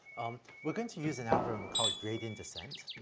um, we're going to use an algorithm called gradient descent.